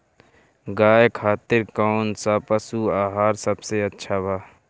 गाय खातिर कउन सा पशु आहार सबसे अच्छा बा?